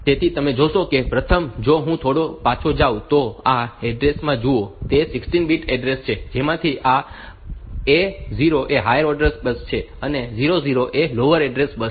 તેથી તમે જોશો કે પ્રથમ જો હું થોડો પાછો જાઉં તો તમે આ એડ્રેસ માં જુઓ કે તે 16 બીટ એડ્રેસ છે જેમાંથી આ A 0 એ હાયર ઓર્ડર એડ્રેસ બાઈટ છે અને 00 એ લોઅર ઓર્ડર એડ્રેસ બાઈટ છે